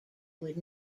would